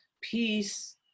peace